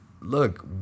look